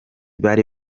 bari